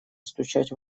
стучать